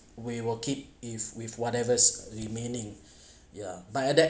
we will keep if with whatever's remaining ya but at that